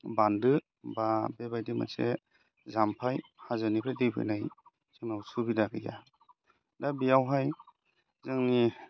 बानदो बा बेबायदि मोनसे जाम्फाय हाजोनिफ्राय दै फैनाय जोंनाव सुबिदा गैया दा बेयावहाय जोंनि